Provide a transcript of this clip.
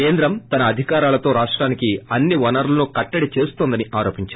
కేంద్రం తన అధికారాలతో రాష్టానికి అన్ని వనరులను కట్టడి చేస్తోందని ఆరోపించారు